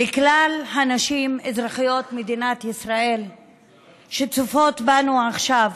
לכלל הנשים אזרחיות מדינת ישראל שצופות בנו עכשיו: